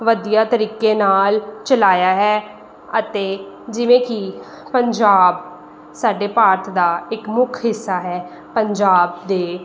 ਵਧੀਆ ਤਰੀਕੇ ਨਾਲ ਚਲਾਇਆ ਹੈ ਅਤੇ ਜਿਵੇਂ ਕੀ ਪੰਜਾਬ ਸਾਡੇ ਭਾਰਤ ਦਾ ਇੱਕ ਮੁੱਖ ਹਿੱਸਾ ਹੈ ਪੰਜਾਬ ਦੇ